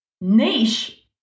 niche